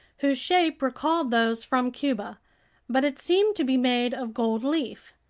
whose shape recalled those from cuba but it seemed to be made of gold leaf.